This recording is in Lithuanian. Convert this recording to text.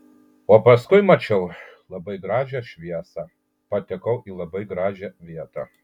o paskui mačiau labai gražią šviesą patekau į labai gražią vietą